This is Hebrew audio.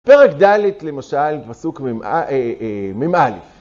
פרק ד', למשל, פסוק מ"א.